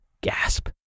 gasp